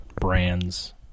brands